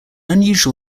unusual